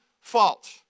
fault